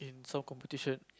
so competition